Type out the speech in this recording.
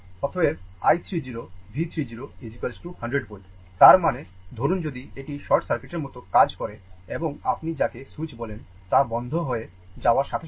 অতএব i 3 0 V 3 0 100 volt তার মানে ধরুন যদি এটি শর্ট সার্কিটের মতো কাজ করে এবং আপনি যাকে সুইচ বলেন তা বন্ধ হয়ে যাওয়ার সাথে সাথে